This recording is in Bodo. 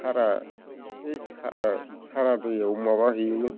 सारा बे सारा सारादैयाव माबा हैयोमोन